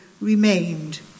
remained